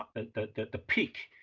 ah the the peak,